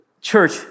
Church